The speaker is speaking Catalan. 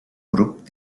grup